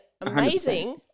amazing –